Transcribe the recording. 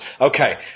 Okay